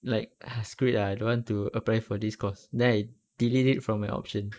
like uh screw it ah I don't want to apply for this course then I delete it from my option